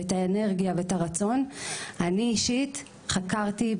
האנרגיה והרצון אני אישית חקרתי,